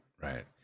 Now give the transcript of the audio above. right